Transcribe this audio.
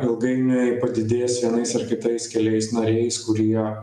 ilgainiui padidės vienais ir kitais keliais nariais kurie